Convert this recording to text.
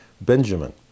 Benjamin